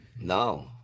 No